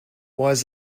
was